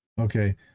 okay